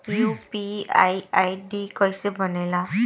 UPI ID कैसे बनेला?